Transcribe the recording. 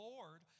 Lord